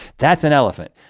that's an elephant.